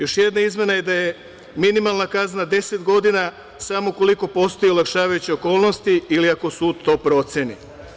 Još jedna izmena je da je minimalna kazna 10 godina samo ukoliko postoje olakšavajuće okolnosti ili ako sud to proceni.